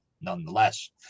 nonetheless